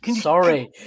Sorry